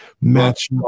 match